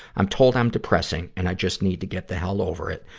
i'm told i'm depressing and i just need to get the hell over it.